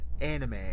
anime